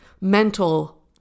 mental